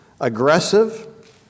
Aggressive